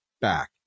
back